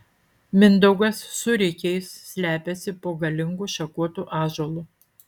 mindaugas su rikiais slepiasi po galingu šakotu ąžuolu